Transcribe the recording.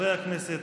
חברי הכנסת,